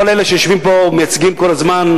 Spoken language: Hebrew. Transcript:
כל אלה שיושבים פה ומייצגים כל הזמן,